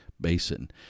Basin